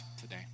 today